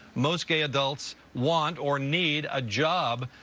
most gay adults want or need a job.